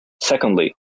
Secondly